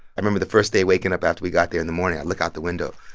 i remember the first day waking up after we got there in the morning. i look out the window.